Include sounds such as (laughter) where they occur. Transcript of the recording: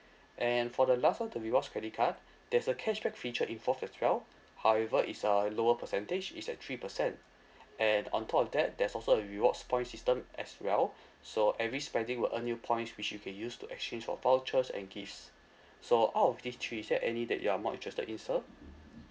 and for the last one the rewards credit card there's a cashback feature involved as well however is uh lower percentage is at three percent (breath) and on top of that there's also a rewards points system as well (breath) so every spending will earn you points which you can use to exchange of vouchers and gifts (breath) so out of these three is there any that you're more interested in sir